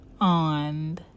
on